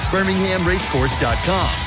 BirminghamRacecourse.com